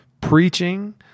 preaching